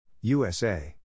USA